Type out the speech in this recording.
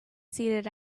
seated